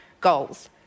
goals